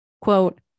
quote